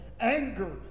Anger